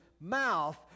mouth